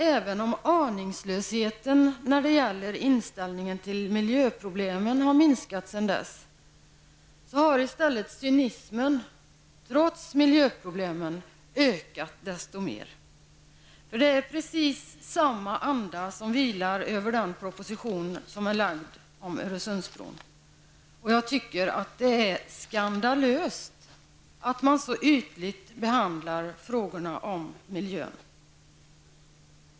Även om aningslösheten när det gäller inställningen till miljöproblemen har minskat sedan dess, har i stället cynismen, trots miljöproblemen, ökat desto mer. Det är precis samma anda som vilar över den proposition som är lagd om Öresundsbron. Det är skandalöst att man så ytligt behandlar frågorna om miljön.